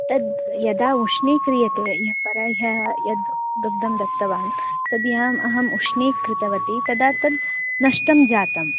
तद् यदा उष्णीक्रियते परह्यः यद् दुग्धं दत्तवान् तद्दिने अहम् उष्णीकृतवती तदा तद् नष्टं जातं